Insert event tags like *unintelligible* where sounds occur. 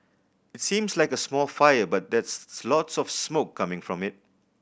it seems like a small fire but there's *unintelligible* lots of smoke coming from it